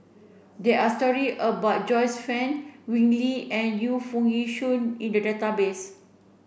there are story about Joyce Fan Wee Lin and Yu Foo Yee Shoon in the database